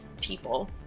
people